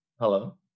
hello